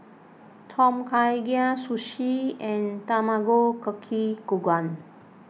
Tom Kha Gai Sushi and Tamago Kake Gohan